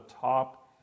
top